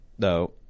No